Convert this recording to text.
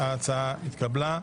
ההצעה התקבלה.